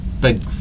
big